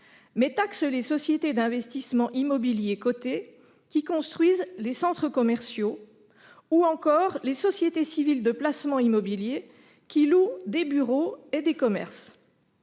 mais taxe les sociétés d'investissement immobilier cotées qui construisent les centres commerciaux ou encore les sociétés civiles de placement immobilier qui louent des bureaux et des commerces.